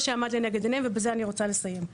שעמד לנגד עיניהם ובזה אני רוצה לסיים.